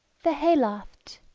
the hayloft